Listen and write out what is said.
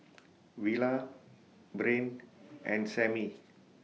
Villa Brain and Samie